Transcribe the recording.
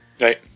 right